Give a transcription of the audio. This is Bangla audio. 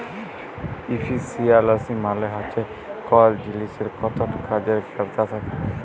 ইফিসিয়ালসি মালে হচ্যে কল জিলিসের কতট কাজের খ্যামতা থ্যাকে